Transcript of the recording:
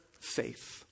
faith